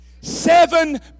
Seven